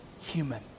human